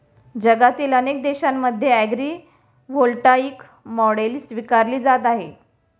जगातील अनेक देशांमध्ये ॲग्रीव्होल्टाईक मॉडेल स्वीकारली जात आहे